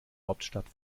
hauptstadt